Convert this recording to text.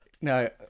no